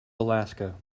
alaska